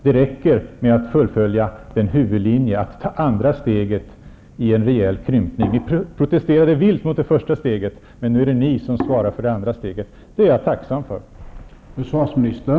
Det räcker med att fullfölja huvudlinjen, att ta andra steget mot en rejäl krympning. Ni protesterade vilt mot det första steget, men nu är det ni som svarar för det andra steget. Det är jag tacksam för.